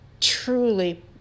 truly